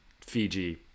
Fiji